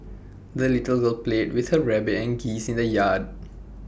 the little girl played with her rabbit and geese in the yard